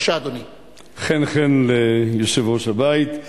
חן חן ליושב-ראש הבית.